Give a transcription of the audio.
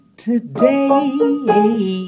today